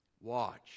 Watch